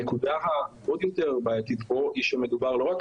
הנקודה העוד יותר בעייתית כאן היא שמדובר לא רק